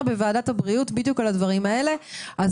בוועדת הבריאות על הדברים האלה בדיוק.